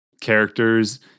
characters